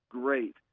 great